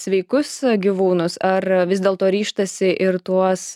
sveikus gyvūnus ar vis dėlto ryžtasi ir tuos